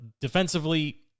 Defensively